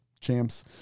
champs